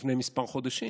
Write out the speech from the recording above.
לפני כמה חודשים.